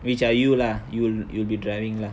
which are you lah you'll you'll be driving lah